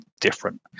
different